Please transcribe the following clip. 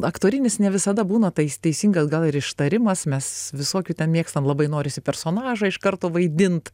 aktorinis ne visada būna tei teisingas gal ir ištarimas mes visokių ten mėgstam labai norisi personažą iš karto vaidint